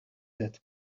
that